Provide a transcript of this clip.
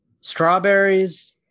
strawberries